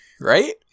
right